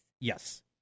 Yes